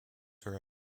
her